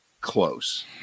close